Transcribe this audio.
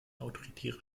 autoritäre